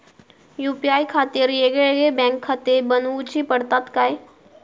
UPI खातीर येगयेगळे बँकखाते बनऊची पडतात काय?